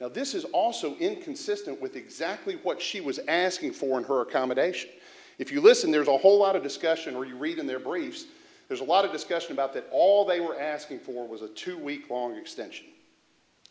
now this is also inconsistent with exactly what she was asking for her accommodation if you listen there's a whole lot of discussion where you read in their briefs there's a lot of discussion about that all they were asking for was a two week long extension